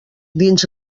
dins